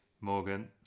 Morgan